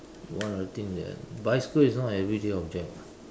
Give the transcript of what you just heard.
one of the things ya bicycle is not everyday object [what]